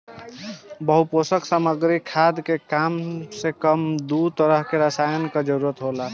बहुपोषक सामग्री खाद में कम से कम दू तरह के रसायन कअ जरूरत होला